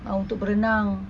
uh untuk berenang